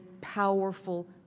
powerful